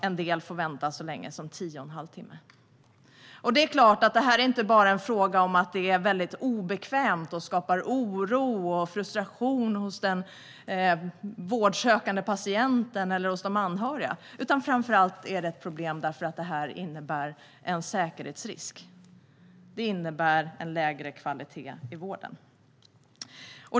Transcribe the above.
En del får vänta så länge som i tio och en halv timme. Det är klart att detta inte bara är en fråga om att det är obekvämt och att det skapar oro och frustration hos den vårdsökande patienten eller hos de anhöriga. Framför allt är detta ett problem därför att det innebär en säkerhetsrisk. Det innebär en lägre kvalitet i vården.